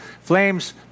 Flames